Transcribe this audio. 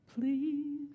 Please